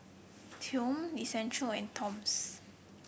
Chomel Essential and Toms